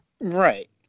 Right